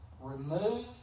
remove